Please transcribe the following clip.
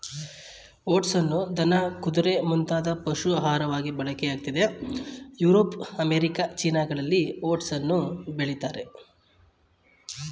ಓಟ್ಸನ್ನು ದನ ಕುದುರೆ ಮುಂತಾದ ಪಶು ಆಹಾರವಾಗಿ ಬಳಕೆಯಾಗ್ತಿದೆ ಯುರೋಪ್ ಅಮೇರಿಕ ಚೀನಾಗಳಲ್ಲಿ ಓಟ್ಸನ್ನು ಬೆಳಿತಾರೆ